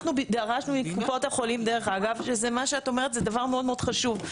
מה שאת אומרת זה דבר מאוד מאוד חשוב.